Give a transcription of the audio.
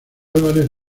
álvarez